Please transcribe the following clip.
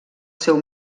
seu